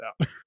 out